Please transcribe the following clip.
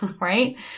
right